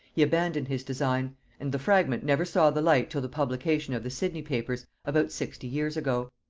he abandoned his design and the fragment never saw the light till the publication of the sidney papers about sixty years ago.